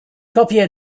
copie